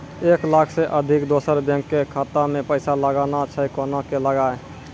एक लाख से अधिक दोसर बैंक के खाता मे पैसा लगाना छै कोना के लगाए?